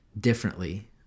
differently